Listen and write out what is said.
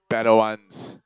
better ones